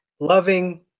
loving